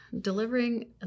delivering